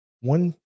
One